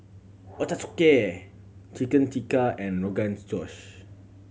Ochazuke Chicken Tikka and Rogan's Josh